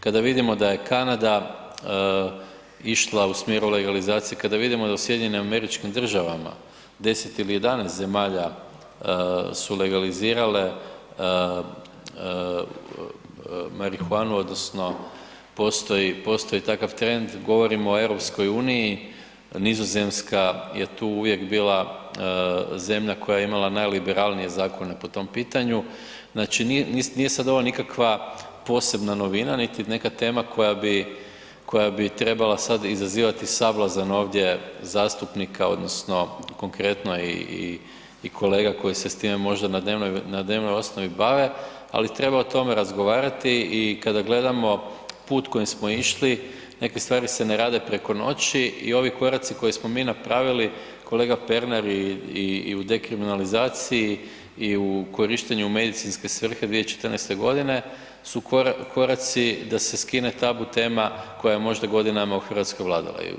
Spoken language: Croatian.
Kada vidimo da je Kanada išla u smjeru legalizacije, kada vidimo da u SAD-u 10 ili 11 zemalja su legalizirale marihuanu, odnosno postoji takav trend, govorio o EU, Nizozemska je tu uvijek bila zemlja koja je imala najliberalnije zakone po tom pitanju, znači nije, nije sad ovo nikakva posebna novina niti neka tema koja bi trebala sad izazivati sablazan ovdje zastupnika odnosno konkretno i kolega koji se s time možda na dnevnoj osnovi bave, ali treba o tome razgovarati i kada gledamo put kojim smo išli, neke stvari se ne rade preko noći i ovi koraci koje smo mi napravili, kolega Pernar i u dekriminalizaciji i u korištenju u medicinske svrhe 2014. g. su koraci da se skine tabu tema koja je možda godinama u Hrvatskoj vladala.